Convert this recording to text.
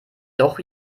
doch